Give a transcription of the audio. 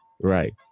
right